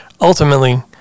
ultimately